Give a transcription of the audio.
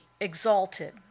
exalted